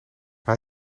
hij